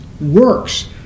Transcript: works